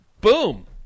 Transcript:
boom